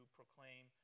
proclaim